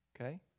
Okay